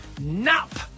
Nap